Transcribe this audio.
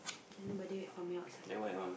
then nobody wait for me outside